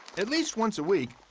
at least once a week,